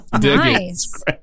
Nice